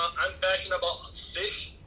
i'm passionate about fish,